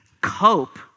cope